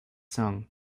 son